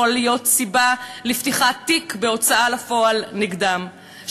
להיות סיבה לפתיחת תיק בהוצאה לפועל נגדם,